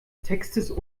textes